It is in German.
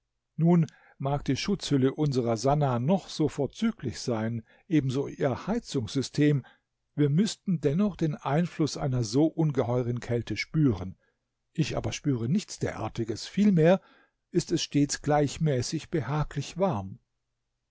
nun mag die schutzhülle unserer sannah noch so vorzüglich sein ebenso ihr heizungssystem wir müßten dennoch den einfluß einer so ungeheuren kälte spüren ich aber spüre nichts derartiges vielmehr ist es stets gleichmäßig behaglich warm